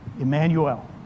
Emmanuel